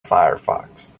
firefox